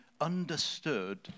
understood